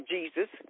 Jesus